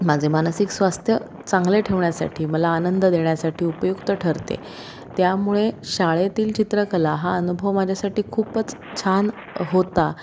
माझे मानसिक स्वास्थ चांगले ठेवण्यासाठी मला आनंद देण्यासाठी उपयुक्त ठरते त्यामुळे शाळेतील चित्रकला हा अनुभव माझ्यासाठी खूपच छान होता